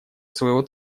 своего